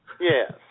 Yes